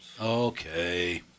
Okay